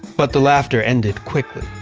but the laughter ended quickly.